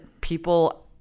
people